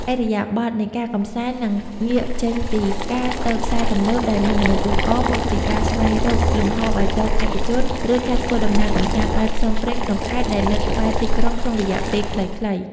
ឥរិយាបថនៃការកម្សាន្តនឹងងាកចេញពីការទៅផ្សារទំនើបដែលមានមនុស្សអ៊ូអរ មកជាការស្វែងរក "លំហបៃតងឯកជន" ឬការធ្វើដំណើរកម្សាន្តបែបផ្សងព្រេងក្នុងខេត្តដែលនៅក្បែរទីក្រុងក្នុងរយៈពេលខ្លីៗ។